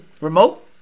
remote